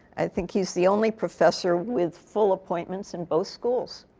i think he's the only professor with full appointments in both schools.